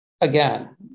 again